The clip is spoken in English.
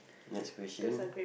next question